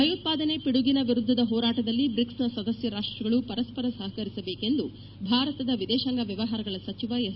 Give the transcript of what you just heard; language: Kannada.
ಭಯೋತ್ಪಾದನೆ ಪಿಡುಗಿನ ವಿರುದ್ಧದ ಹೋರಾಟದಲ್ಲಿ ಬ್ರಿಕ್ಸ್ನ ಸದಸ್ಯ ರಾಷ್ಟಗಳು ಪರಸ್ಪರ ಸಹಕರಿಸಬೇಕು ಎಂದು ಭಾರತದ ವಿದೇಶಾಂಗ ವ್ಯವಹಾರಗಳ ಸಚಿವ ಎಸ್